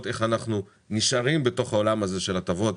איך אנחנו נשארים בתוך העולם הזה של הטבות